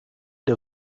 der